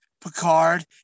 Picard